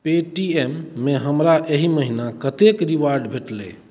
पेटीएममे हमरा एहि महिना कतेक रिवार्ड भेटलै